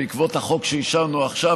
בעקבות החוק שאישרנו עכשיו,